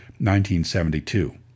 1972